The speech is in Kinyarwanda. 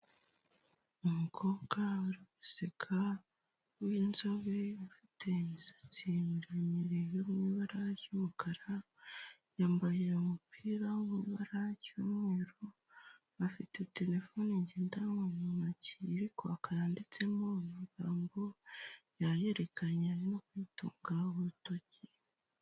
Ni umukobwa uri guseka w'inzobe, ufite imisatsi miremire iri mu ibara ry'umukara, yambaye umupira uri mu ibara ry'umweru, afite telefone ngendanwa mu ntoki iri kwaka yanditsemo amagambo, yayerekanye arimo kuyitunga urutoki.